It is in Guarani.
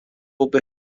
upe